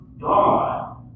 God